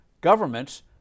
governments